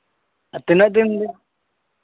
ᱟᱨ ᱛᱤᱱᱟᱹᱜ ᱫᱤᱱ ᱨᱮᱭᱟᱜ